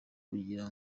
kugira